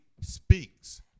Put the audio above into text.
speaks